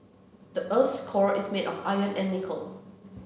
the earth's core is made of iron and nickel